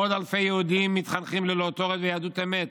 מאות אלפי יהודים מתחנכים ללא תורה ויהדות אמת.